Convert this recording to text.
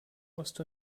ost